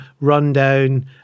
rundown